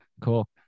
Cool